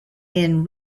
and